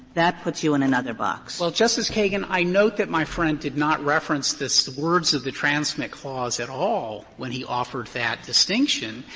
that puts you in another box? frederick well, justice kagan, i note that my friend did not reference the so words of the transmit clause at all when he offered that distinction.